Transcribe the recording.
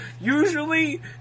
usually